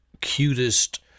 cutest